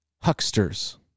Hucksters